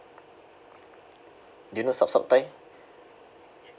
do you know saap saap thai